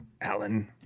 Alan